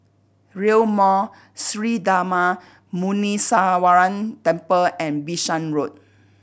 Rail Mall Sri Darma Muneeswaran Temple and Bishan Road